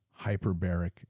hyperbaric